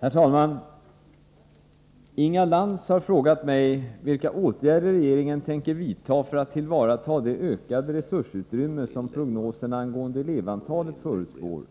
Herr talman! Inga Lantz har frågat mig om vilka åtgärder regeringen tänker vidta för att tillvarata det ökade resursutrymme som prognoserna angående elevantalet förutspår,